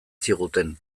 ziguten